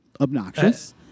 obnoxious